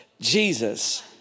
Jesus